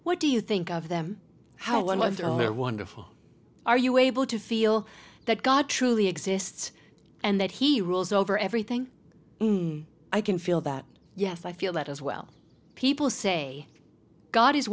what do you think of them how wonderful they are wonderful are you able to feel that god truly exists and that he rules over everything i can feel that yes i feel that as well people say god is